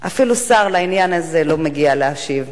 אפילו שר לעניין הזה לא מגיע להשיב,